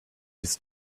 his